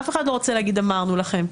אף אחד לא רוצה להגיד: אמרנו לכם.